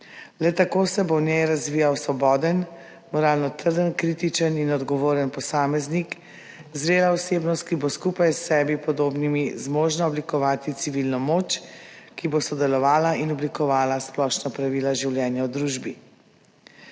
Le tako se bo v njej razvijal svoboden, moralno trden, kritičen in odgovoren posameznik, zrela osebnost, ki bo skupaj s sebi podobnimi zmožna oblikovati civilno moč, ki bo sodelovala in oblikovala splošna pravila življenja v družbi.